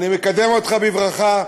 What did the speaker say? אני מקדם אותך בברכה.